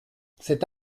cet